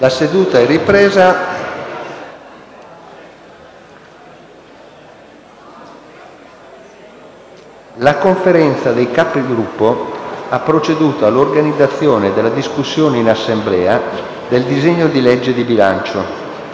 La Conferenza dei Capigruppo ha proceduto all'organizzazione della discussione in Assemblea del disegno di legge di bilancio.